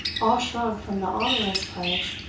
all shrunk from the ominous pledge,